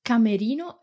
Camerino